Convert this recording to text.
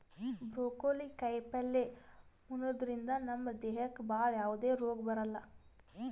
broccoli ಕಾಯಿಪಲ್ಯ ಉಣದ್ರಿಂದ ನಮ್ ದೇಹಕ್ಕ್ ಭಾಳ್ ಯಾವದೇ ರೋಗ್ ಬರಲ್ಲಾ